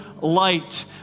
light